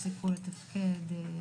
הפסיקו לתפקד,